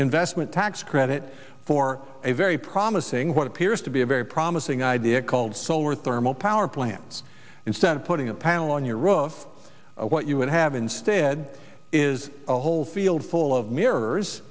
investment tax credit for a very promising what appears to be a very promising idea called solar thermal power plants instead of putting a panel on your row of what you would have instead is a whole field full of mirrors